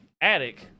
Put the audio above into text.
Attic